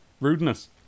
rudeness